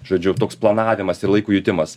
žodžiu toks planavimas ir laiko jutimas